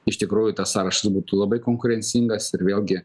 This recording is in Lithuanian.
iš tikrųjų tas sąrašas būtų labai konkurencingas ir vėlgi